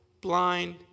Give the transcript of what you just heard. blind